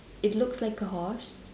it looks like a horse